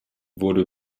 wurde